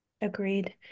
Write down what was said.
Agreed